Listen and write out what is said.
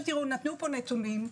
נתנו פה נתונים.